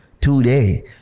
today